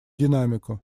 динамику